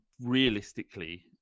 realistically